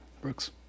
Brooks